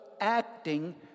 acting